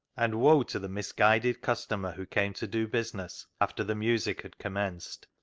and woe to the misguided customer who came to do business after the music had commenced.